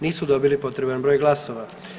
Nisu dobili potreban broj glasova.